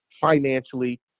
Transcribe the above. financially